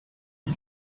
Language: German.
die